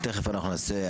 תכף אנחנו נעשה,